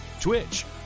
Twitch